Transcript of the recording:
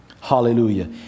Hallelujah